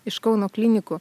iš kauno klinikų